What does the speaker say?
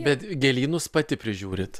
bet gėlynus pati prižiūrit